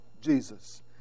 Jesus